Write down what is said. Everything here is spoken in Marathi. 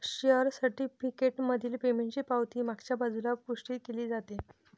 शेअर सर्टिफिकेट मधील पेमेंटची पावती मागच्या बाजूला पुष्टी केली जाते